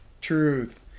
Truth